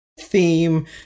theme